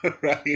right